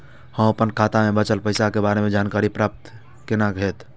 हम अपन खाता में बचल पैसा के बारे में जानकारी प्राप्त केना हैत?